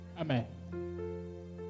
Amen